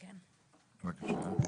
בבקשה.